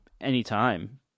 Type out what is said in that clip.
anytime